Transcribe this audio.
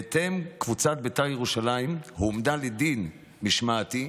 בהתאם, קבוצת בית"ר ירושלים הועמדה לדין משמעתי,